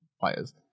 players